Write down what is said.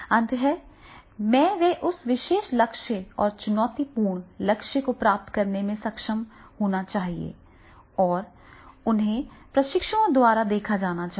अंत में वे उस विशेष लक्ष्य और चुनौतीपूर्ण लक्ष्य को प्राप्त करने में सक्षम होना चाहिए और उन्हें प्रशिक्षुओं द्वारा देखा जाना चाहिए